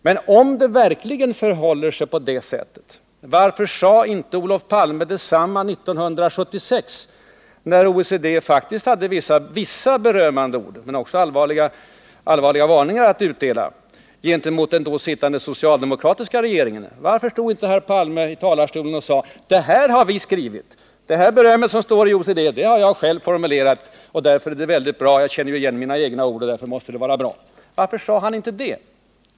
Men om det verkligen förhåller sig på detta sätt, varför sade inte Olof Palme detsamma 1976, när OECD hade vissa berömmande ord att säga men också allvarliga varningar att utdela gentemot den då sittande socialdemokratiska regeringen? Då stod inte herr Palme i talarstolen och sade: Det här har vi skrivit. Det beröm som står i OECD:s rapport har jag själv formulerat. Därför är det så bra. Jag känner igen mina egna ord, och därför måste det vara bra. — Varför sade han inte det?